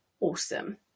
awesome